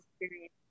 experience